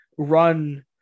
Run